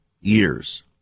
years